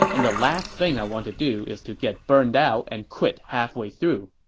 and the last thing i want to do is to get burned out and quit halfway through.